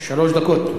שלוש דקות.